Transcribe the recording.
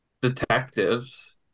detectives